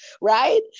right